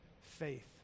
faith